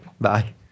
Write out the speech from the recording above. Bye